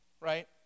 right